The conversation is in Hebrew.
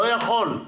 לא יכול.